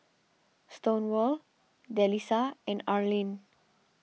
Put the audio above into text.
Stonewall Delisa and Arlin